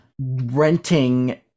renting